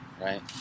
right